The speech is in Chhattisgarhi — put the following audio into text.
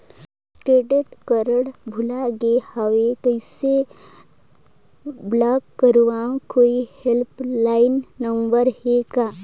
क्रेडिट कारड भुला गे हववं कइसे ब्लाक करव? कोई हेल्पलाइन नंबर हे का?